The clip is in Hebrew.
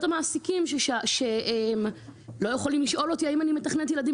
המעסיקים שבראיונות עבודה לא יכולים לשאול אותי האם אני מתכננת ילדים